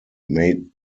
made